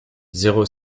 zéro